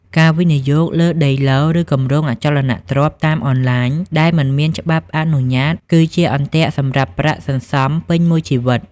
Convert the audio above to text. ការវិនិយោគលើ "ដីឡូត៍" ឬ "គម្រោងអចលនទ្រព្យ" តាមអនឡាញដែលមិនមានច្បាប់អនុញ្ញាត គឺជាអន្ទាក់សម្រាប់ប្រាក់សន្សំពេញមួយជីវិត។